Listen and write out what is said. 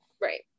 right